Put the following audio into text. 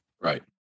Right